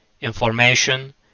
information